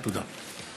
תודה.